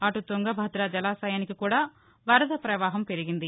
అటు తుంగభద్ర జలాశయానికి కూడా వరద ప్రవాహం పెరిగింది